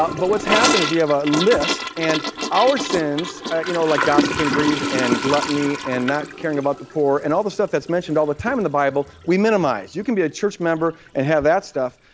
but but what's happened is we have a list and our sins you know like gossip and greed and gluttony and not caring about the poor, and all the stuff that's mentioned all the time in the bible, we minimize you can be a church member and have that stuff,